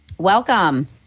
Welcome